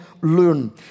learn